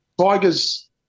Tigers